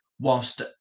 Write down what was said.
whilst